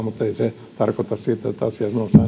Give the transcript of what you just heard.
mutta ei se tarkoita sitä että asianosainen